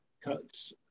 cuts